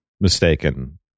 mistaken